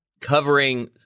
covering